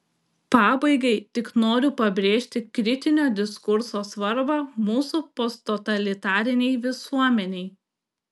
pabaigai tik noriu pabrėžti kritinio diskurso svarbą mūsų posttotalitarinei visuomenei